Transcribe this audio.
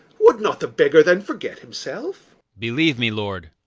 would not the beggar then forget himself believe me, lord,